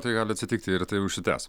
tai gali atsitikti ir tai užsitęs